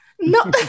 No